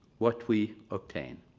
what we obtained.